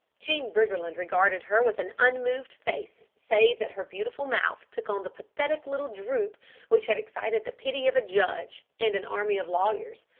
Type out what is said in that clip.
jean briggerland regarded her with an unmoved face save that her beautiful mouth took on the pathetic little droop which had excited the pity of a judge and an army of lawyers.